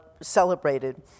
celebrated